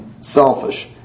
selfish